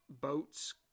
boats